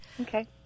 Okay